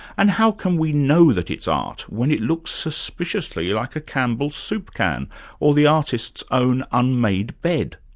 and how can we know that it's art when it looks suspiciously like a campbell's soup can or the artist's own unmade bed?